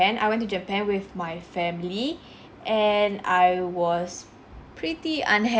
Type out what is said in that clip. ~pan I went to japan with my family and I was pretty unha~